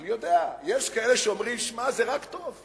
אני יודע שיש כאלה שאומרים: שמע, זה רק טוב.